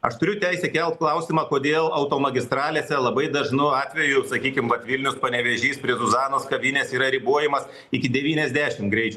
aš turiu teisę kelt klausimą kodėl automagistralėse labai dažnu atveju sakykim vilnius panevėžys prie zuzanos kavinės yra ribojamas iki devyniasdešim greičio